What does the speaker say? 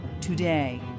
today